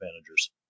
managers